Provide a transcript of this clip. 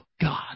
God